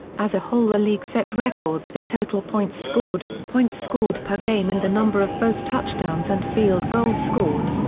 as a whole the league set records for total points scored, points scored per game and the number of both touchdowns and field goals scored.